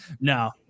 No